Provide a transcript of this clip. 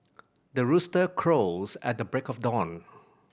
the rooster crows at the break of dawn